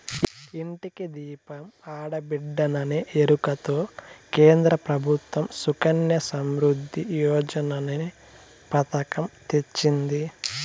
ఇంటికి దీపం ఆడబిడ్డేననే ఎరుకతో కేంద్ర ప్రభుత్వం సుకన్య సమృద్ధి యోజననే పతకం తెచ్చింది